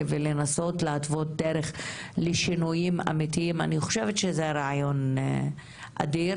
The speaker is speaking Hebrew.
ושתנסה להתוות דרך לשינויים הנדרשים: אני חושבת שזה רעיון אדיר,